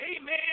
amen